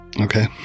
Okay